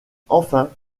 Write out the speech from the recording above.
enfin